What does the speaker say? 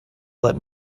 let